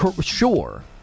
Sure